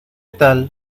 tal